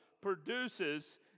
produces